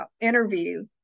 interview